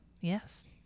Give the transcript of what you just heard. Yes